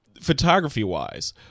photography-wise